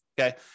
okay